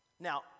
Now